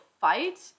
fight